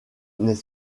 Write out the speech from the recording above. n’est